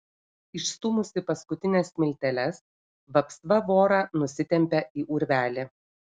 išstūmusi paskutines smilteles vapsva vorą nusitempią į urvelį